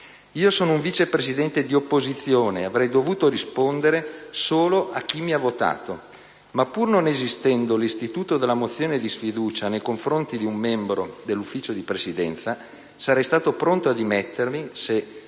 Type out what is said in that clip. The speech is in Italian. Sono un Vice Presidente di opposizione e avrei dovuto rispondere solo a chi mi ha votato. Tuttavia, pur non esistendo l'istituto della mozione di sfiducia nei confronti di un membro del Consiglio di Presidenza, sarei stato pronto a dimettermi se,